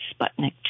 Sputnik